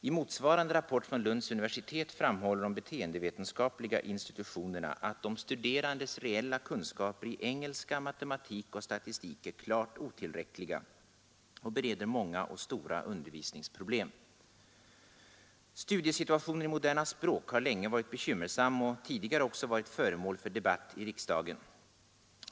I motsvarande rapport från Lunds universitet framhåller de beteendevetenskapliga institutionerna att ”de studerandes reella kunskaper i engelska, matematik och statistik är klart otillräckliga och bereder många och stora undervisningsproblem”. Studiesituationen i moderna språk har länge varit bekymmersam och tidigare också varit föremål för debatt i riksdagen.